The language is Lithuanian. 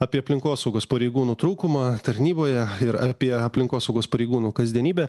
apie aplinkosaugos pareigūnų trūkumą tarnyboje ir apie aplinkosaugos pareigūnų kasdienybę